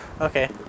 Okay